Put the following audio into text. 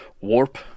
warp